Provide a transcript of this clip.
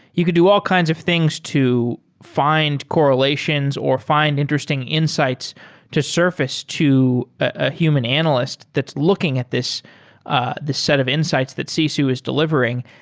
you could do all kinds of things to fi nd correlations or fi nd interesting insights to surface to a human analyst that's looking at this ah this set of insights that sisu is delivering.